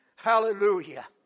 Hallelujah